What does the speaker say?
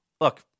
Look